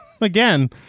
Again